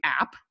app